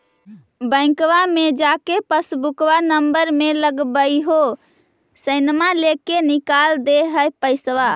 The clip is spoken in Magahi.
बैंकवा मे जा के पासबुकवा नम्बर मे लगवहिऐ सैनवा लेके निकाल दे है पैसवा?